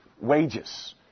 wages